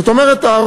זאת אומרת,